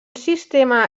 sistema